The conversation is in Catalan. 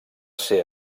ser